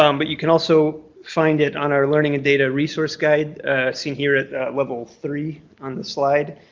um but you can also find it on our learning and data resource guide seen here at level three on the slide.